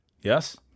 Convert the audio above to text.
Yes